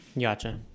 Gotcha